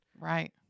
Right